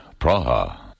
Praha